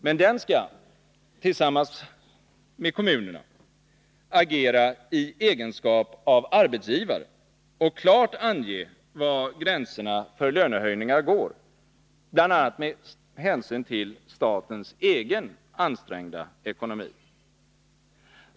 Men den skall tillsammans med kommunerna agera i egenskap av arbetsgivare och klart ange var gränserna för lönehöjningar går, bl.a. med hänsyn till statens egen ansträngda ekonomi.